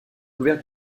couvert